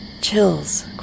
Chills